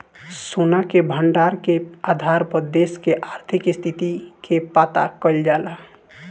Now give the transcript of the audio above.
सोना के भंडार के आधार पर देश के आर्थिक स्थिति के पता कईल जाला